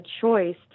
choice